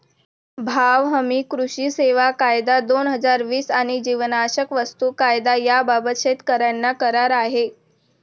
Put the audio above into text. भाव हमी, कृषी सेवा कायदा, दोन हजार वीस आणि जीवनावश्यक वस्तू कायदा याबाबत शेतकऱ्यांचा करार आहे